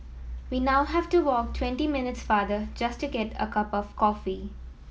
we now have to walk twenty minutes farther just to get a cup of coffee